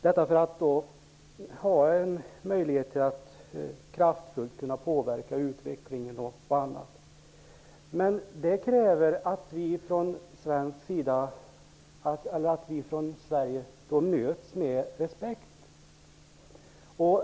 Det ger möjlighet att kraftfullt påverka utvecklingen etc. Men det kräver att vi från Sverige möts med respekt.